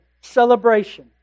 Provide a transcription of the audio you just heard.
celebration